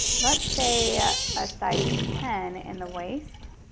let's say a ah size ten in the waist,